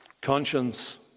Conscience